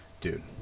Dude